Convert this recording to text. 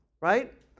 Right